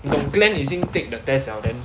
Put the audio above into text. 你懂 glenn 已经 take the test 了 then